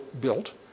built